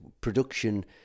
production